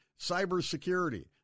cybersecurity